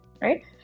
right